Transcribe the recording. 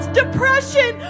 depression